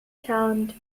talent